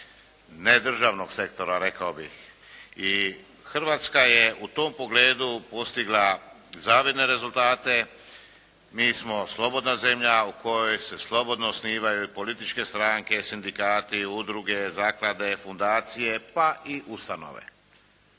nedržavnog sektora rekao bih. I Hrvatska je u tom pogledu postigla zavidne rezultate. Mi smo slobodna zemlja u kojoj se slobodno osnivaju političke stranke, sindikati, udruge, zaklade, fundacije pa i ustanove.